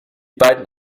beiden